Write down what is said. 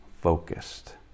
focused